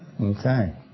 Okay